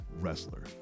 wrestler